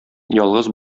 ялгыз